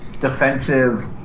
defensive